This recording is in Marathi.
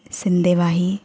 सिंदेवाही